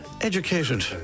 educated